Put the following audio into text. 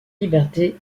liberté